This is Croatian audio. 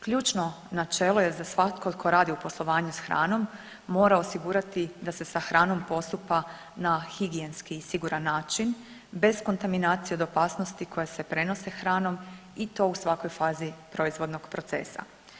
Ključno načelo je da svatko tko radi u poslovanju sa hranom mora osigurati da se sa hranom postupa na higijenski i siguran način bez kontaminacije o opasnosti koja se prenose hranom i to u svakoj fazi proizvodnog procesa.